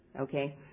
Okay